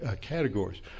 categories